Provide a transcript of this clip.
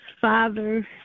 Father